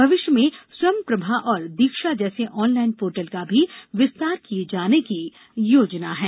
भविष्य में स्वयंप्रभा और दीक्षा जैसे ऑनलाइन पोर्टल का भी विस्तार किये जाने की योजना है